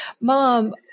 Mom